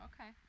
Okay